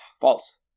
False